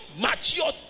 mature